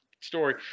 story